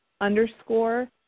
underscore